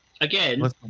again